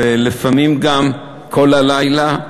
ולפעמים גם כל הלילה,